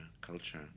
culture